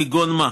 כגון מה?